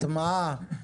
הטמעה,